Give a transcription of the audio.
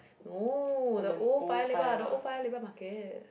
no the old Paya-Lebar the old Paya-Lebar market